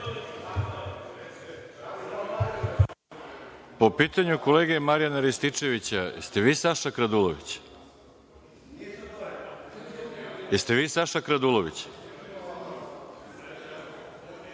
Po pitanju kolege Marijana Rističevića, da li ste vi Saša Kradulović?